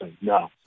No